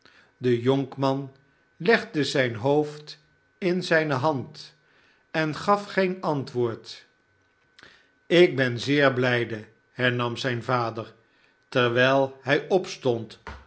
de jonkman legde zijn hoofd in zijne hand en gaf geen antwoord ik ben zeer blijde hernam zijn vader terwijl hij opstond